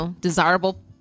desirable